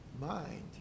mind